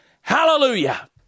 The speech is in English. Hallelujah